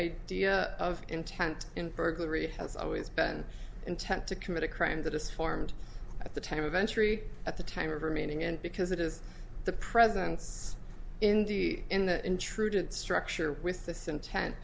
of intent in burglary has always been intent to commit a crime that is formed at the time of venture e at the time of remaining and because it is the presence in the in the intruder that structure with this intent